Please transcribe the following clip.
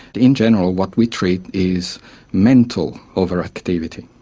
in general what we treat is mental overactivity.